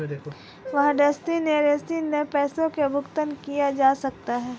WhatsApp के जरिए भी पैसों का भुगतान किया जा सकता है